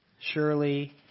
Surely